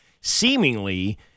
seemingly